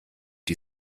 die